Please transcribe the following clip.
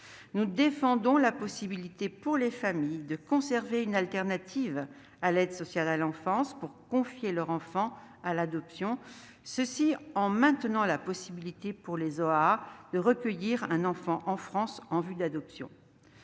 Nous défendons la possibilité pour les familles de conserver une alternative à l'aide sociale à l'enfance pour confier leur enfant à l'adoption, en maintenant la possibilité pour les OAA de recueillir un enfant en France en vue de l'adoption.